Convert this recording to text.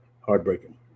heartbreaking